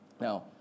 Now